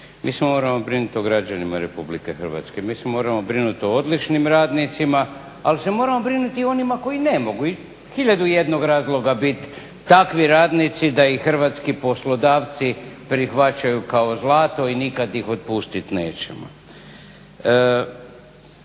Mi se moramo brinuti o građanima RH, mi se moramo brinuti o odličnim radnicima ali se moramo brinuti i o onima koji ne mogu iz tisuću i jednog razloga biti takvi radnici da ih hrvatski poslodavci prihvaćaju kao zlato i nikad ih otpustiti neće.